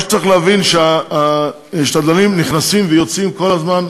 מה שצריך להבין, שהשדלנים נכנסים ויוצאים כל הזמן,